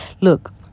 Look